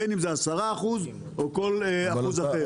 בין אם זה 10% או כל אחוז אחר.